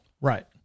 right